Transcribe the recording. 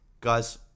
guys